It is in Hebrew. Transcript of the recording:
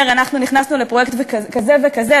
אומר: אנחנו נכנסנו לפרויקט כזה וכזה,